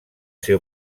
ser